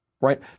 right